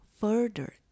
further